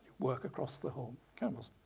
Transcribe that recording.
work across the whole canvas.